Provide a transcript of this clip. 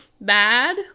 bad